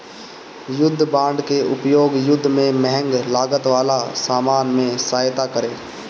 युद्ध बांड के उपयोग युद्ध में महंग लागत वाला सामान में सहायता करे